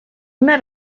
una